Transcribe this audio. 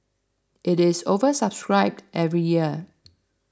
it is oversubscribed every year